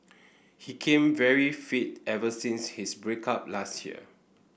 he came very fit ever since his break up last year